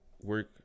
work